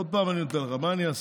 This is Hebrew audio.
עוד פעם אני נותן לך, מה אני אעשה?